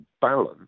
balance